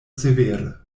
severe